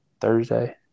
Thursday